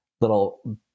little